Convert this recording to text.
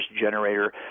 generator